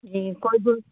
जी कोई दू